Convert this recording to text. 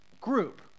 group